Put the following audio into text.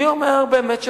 מי אומר באמת שמחר,